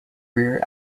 rear